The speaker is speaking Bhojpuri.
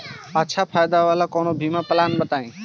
अच्छा फायदा वाला कवनो बीमा पलान बताईं?